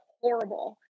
horrible